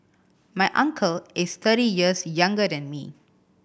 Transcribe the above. my uncle is thirty years younger than me